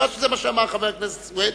זה מה שאמר חבר הכנסת סוייד,